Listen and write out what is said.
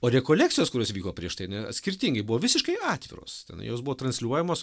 o rekolekcijos kurios vyko prieš tai ne skirtingai buvo visiškai atviros ten jos buvo transliuojamos